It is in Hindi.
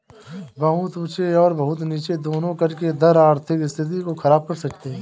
बहुत ऊँचे और बहुत नीचे दोनों कर के दर आर्थिक स्थिति को ख़राब कर सकते हैं